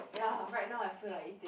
ya right now I feel like eating